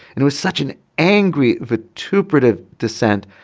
it was such an angry vituperative dissent.